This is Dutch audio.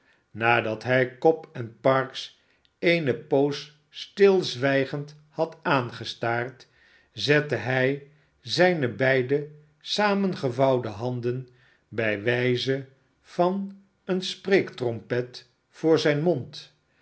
nadat hij cobb en parkes eene poos stilzwijgend had aangestaard zette hij zijne beide saamgevouwene handen bij wijze van een spreektrompet voor zijn mond